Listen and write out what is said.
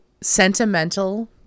sentimental